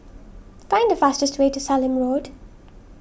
find the fastest way to Sallim Road